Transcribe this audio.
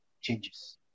changes